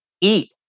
eat